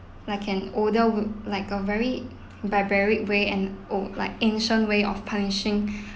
like an older w~ like a very barbaric way and old like ancient way of punishing